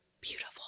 beautiful